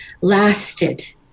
lasted